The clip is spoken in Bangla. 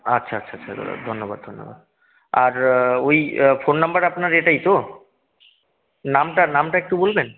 আচ্ছা আচ্ছা আচ্ছা দাদা ধন্যবাদ ধন্যবাদ আর ওই ফোন নাম্বার আপনার এটাই তো নামটা নামটা একটু বলবেন